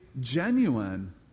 genuine